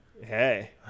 Hey